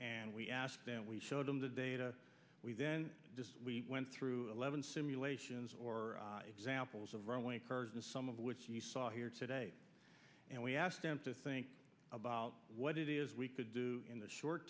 and we asked them we showed them the data we then went through eleven simulations or examples of some of which you saw here today and we asked them to think about what it is we could do in the short